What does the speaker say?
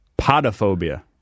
potophobia